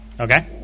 Okay